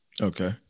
Okay